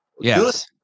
Yes